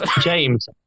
James